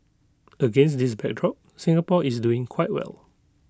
against this backdrop Singapore is doing quite well